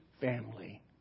family